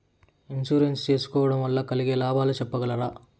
Insurance సేసుకోవడం వల్ల కలిగే లాభాలు సెప్పగలరా?